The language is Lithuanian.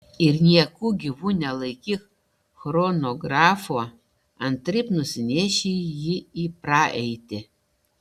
ir nieku gyvu nelaikyk chronografo antraip nusineši jį į praeitį